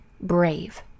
brave